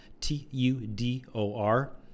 T-U-D-O-R